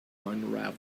unravel